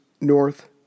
north